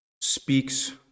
speaks